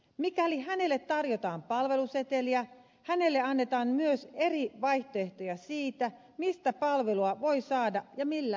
mikäli hänelle tarjotaan palveluseteliä hänelle annetaan myös eri vaihtoehtoja siitä mistä palvelua voi saada ja millä ehdoilla